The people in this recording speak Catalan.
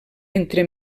entre